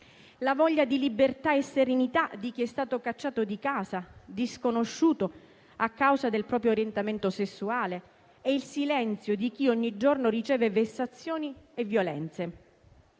la voglia di libertà e serenità di chi è stato cacciato di casa e disconosciuto a causa del proprio orientamento sessuale e il silenzio di chi ogni giorno riceve vessazioni e violenze.